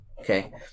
Okay